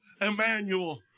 Emmanuel